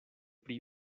pri